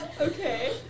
okay